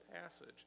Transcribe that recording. passage